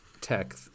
tech